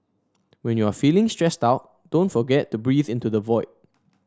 when you are feeling stressed out don't forget to breathe into the void